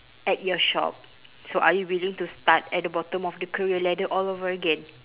at your shop so are you willing to start at the bottom of the career ladder all over again